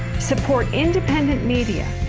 support independent media.